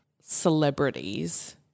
celebrities